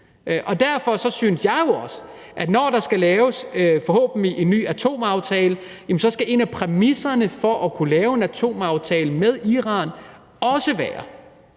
Derfor synes jeg jo også, at når der forhåbentlig skal laves en ny atomaftale, skal en af præmisserne for at kunne lave en atomaftale med Iran også være,